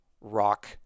rock